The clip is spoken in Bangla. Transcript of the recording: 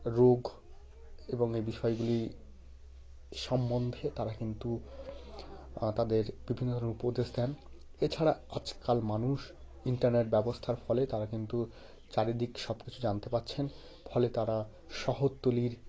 রোগ এবং এই বিষয়গুলি সম্বন্ধে তারা কিন্তু তাদের বিভিন্ন ধরন উপদেশ দেন এছাড়া আজকাল মানুষ ইন্টারনেট ব্যবস্থার ফলে তারা কিন্তু চারিদিক সব কিছু জানতে পাচ্ছেন ফলে তারা শহরতলির